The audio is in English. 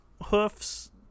hoofs